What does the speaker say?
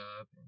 up